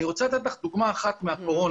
אני רוצה לתת לך דוגמה אחת מהקורונה,